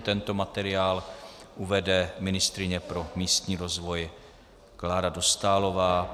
Tento materiál uvede ministryně pro místní rozvoj Klára Dostálová.